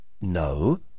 No